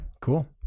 Cool